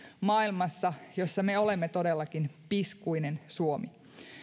maailmassa jossa me olemme todellakin piskuinen suomi